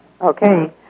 Okay